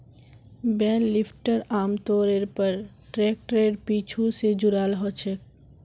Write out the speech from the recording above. बेल lifter आमतौरेर पर ट्रैक्टरेर पीछू स जुराल ह छेक